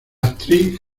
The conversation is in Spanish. actriz